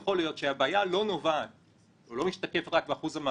היושב-ראש לא מאפשר לי לסיים את